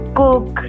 cook